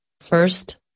First